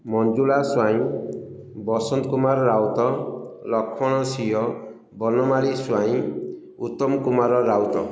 Manjula Swain Basanta Kumar Rout Laxman Singh Banamali Swain Uttam Kumar Raut